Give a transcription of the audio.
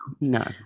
no